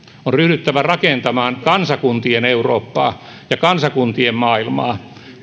on ryhdyttävä rakentamaan kansakuntien eurooppaa ja kansakuntien maailmaa